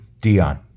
Dion